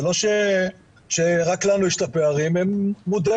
זה לא שרק לנו יש פערים, הם מודעים.